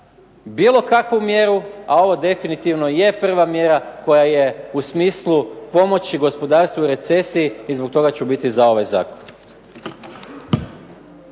bilo kakvu mjeru, a ovo definitivno je prva mjera koja je u smislu pomoći gospodarstvu i recesiji i zbog toga ću biti za ovakav Zakon.